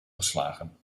geslagen